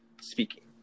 speaking